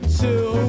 two